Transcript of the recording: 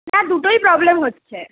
হ্যাঁ দুটোই প্রবলেম হচ্ছে